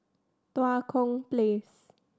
Tua Kong Place